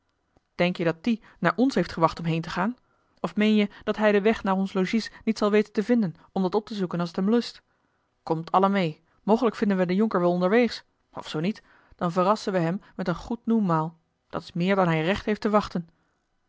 denkt je dat die naar ons heeft gewacht om heen te gaan of meen je dat hij den weg naar ons logies niet zal weten te vinden om dat op te zoeken als het hem lust komt allen meê mogelijk vinden wij den jonker wel onderweegs of zoo niet dan verrassen wij hem met een goed noenmaal dat is meer dan hij recht heeft te wachten